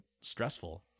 stressful